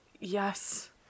Yes